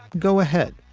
go ahead,